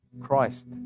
Christ